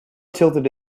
tilted